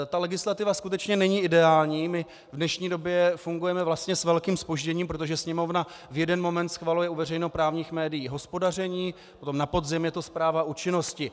Ta legislativa skutečně není ideální, v dnešní době fungujeme vlastně s velkým zpožděním, protože Sněmovna v jeden moment schvaluje u veřejnoprávních médií hospodaření, na podzim je to zpráva o činnosti.